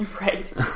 Right